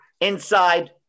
inside